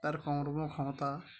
তার কামড়ানোর ক্ষমতা